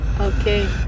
Okay